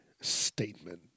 statement